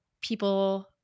people